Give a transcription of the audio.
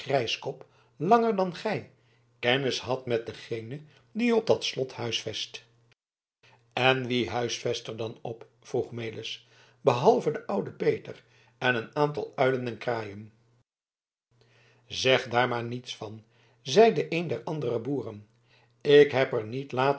grijskop langer dan gij kennis had met dengene die op dat slot huisvest en wie huisvest er dan op vroeg melis behalve de oude peter en een aantal uilen en kraaien zeg daar maar niets van zeide een der andere boeren ik heb er niet